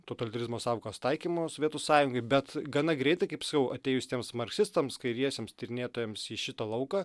totalitarizmo sąvokos taikymo sovietų sąjungai bet gana greitai kaip sakiau atėjus tiems marksistams kairiesiems tyrinėtojams į šitą lauką